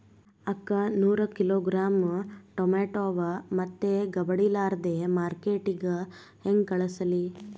ಅಕ್ಕಾ ನೂರ kilogram tomato ಅವ, ಮೆತ್ತಗಬಡಿಲಾರ್ದೆ ಮಾರ್ಕಿಟಗೆ ಹೆಂಗ ಕಳಸಲಿ?